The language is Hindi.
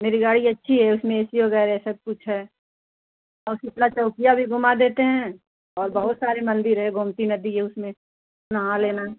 मेरी गाड़ी अच्छी है उसमें ए सी वगैरह सब कुछ है और सिपला चौकिया भी घूमा देते हैं और बहुत सारे मंदिर है गोमती नदी है उसमें नहा लेना